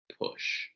push